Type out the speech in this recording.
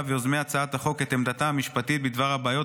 ויוזמי הצעת החוק את עמדתו המשפטית בדבר הבעיות